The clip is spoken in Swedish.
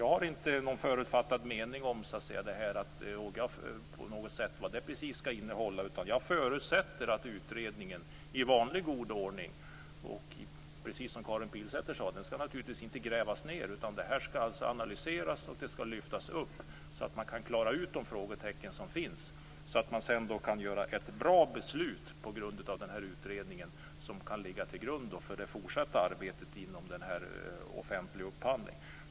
Jag har inte någon förutfattad mening om det exakta innehållet, utan jag förutsätter att utredningen i vanlig god ordning - precis som Karin Pilsäter sade skall den naturligtvis inte grävas ned - analyserar och klarar ut de frågetecken som finns, så att man kan fatta ett bra beslut som kan ligga till grund för det fortsatta arbetet inom offentlig upphandling.